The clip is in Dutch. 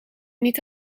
niet